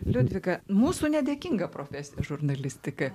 liudvika mūsų nedėkinga profesija žurnalistika